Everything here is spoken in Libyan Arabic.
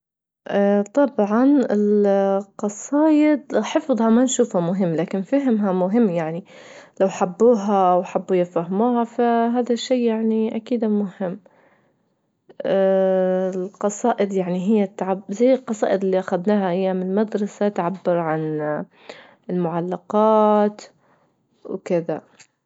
طبعا القصايد حفظها ما نشوفه مهم لكن فهمها مهم يعني، لو حبوها وحبوا يفهموها فهذا شي يعني أكيد مهم القصائد يعني هي تعب- زي القصائد اللي أخدناها أيام المدرسة تعبر عن المعلقات وكذا.